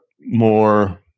more